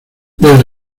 les